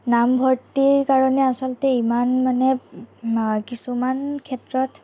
নামভৰ্তিৰ কাৰণে আচলতে ইমান মানে কিছুমান ক্ষেত্ৰত